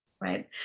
Right